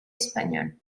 espagnols